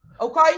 Okay